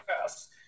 yes